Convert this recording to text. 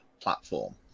platform